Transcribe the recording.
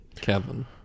Kevin